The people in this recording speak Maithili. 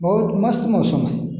बहुत मस्त मौसम हइ